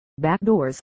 backdoors